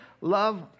love